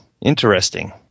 Interesting